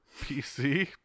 PC